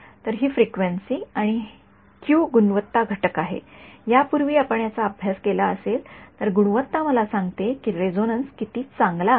तर ही फ्रिक्वेन्सी आणि क्यू गुणवत्ता घटक आहे पूर्वी आपण याचा अभ्यास केला असेल तर गुणवत्ता मला सांगते की रेजोनन्स किती चांगला आहे